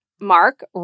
Mark